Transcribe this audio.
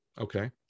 Okay